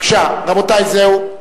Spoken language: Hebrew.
רבותי, זהו.